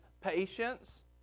patience